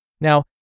Now